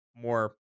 more